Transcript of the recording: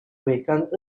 awakened